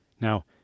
Now